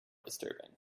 disturbing